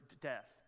death